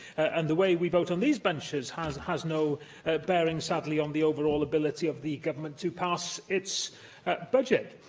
and the way we vote on these benches has has no bearing, sadly, on the overall ability of the government to pass its budget.